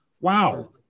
wow